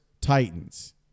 Titans